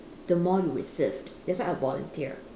the more you receive that's why I volunteer